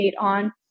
on